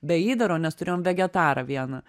be įdaro nes turėjom vegetarą vieną